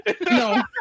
no